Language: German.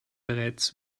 bereits